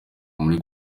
muri